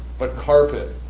but carpet,